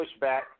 Pushback